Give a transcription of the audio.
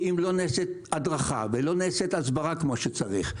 ואם לא נעשית הדרכה, ולא נעשית הסברה כמו שצריך,